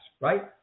right